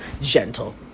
Gentle